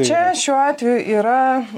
čia šiuo atveju yra